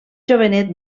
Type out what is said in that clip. jovenet